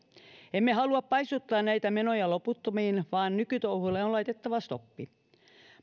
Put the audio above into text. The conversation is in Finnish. emme halua paisuttaa näitä menoja loputtomiin vaan nykytouhulle on laitettava stoppi